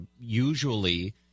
usually